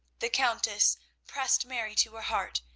the countess pressed mary to her heart,